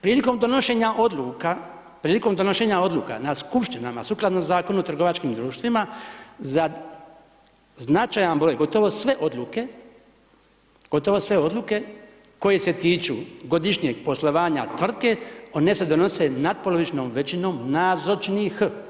Prilikom donošenja odluka, prilikom donošenja odluka na Skupštinama sukladno Zakonu o trgovačkim društvima za značajan broj, gotovo sve odluke, gotovo sve odluke koje se tiču godišnjeg poslovanja tvrtke, one se donose nadpolovičnom većinom nazočnih.